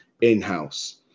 in-house